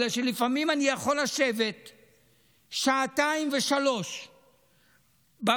בגלל שלפעמים אני יכול לשבת שעתיים ושלוש בוועדה,